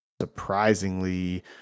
surprisingly